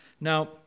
Now